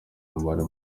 umubare